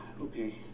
Okay